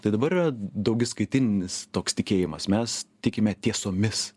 tai dabar yra daugiskaitinis toks tikėjimas mes tikime tiesomis